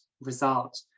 result